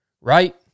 Right